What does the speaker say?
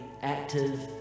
active